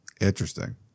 Interesting